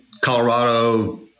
Colorado